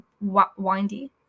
windy